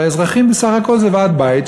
והאזרחים בסך הכול שולחים נציגים לכנסת שזה ועד בית,